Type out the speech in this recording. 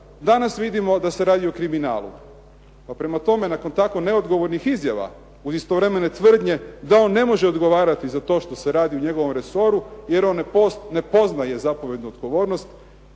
danas vidimo da se radi o kriminalu. Pa prema tome, nakon takvih neodgovornih izjava uz istovremene tvrdnje, da on ne može odgovarati za to što se radi u njegovom resoru, jer on poznaje zapovjednu odgovornost,